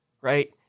right